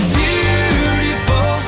beautiful